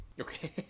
Okay